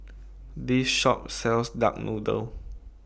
This Shop sells Duck Noodle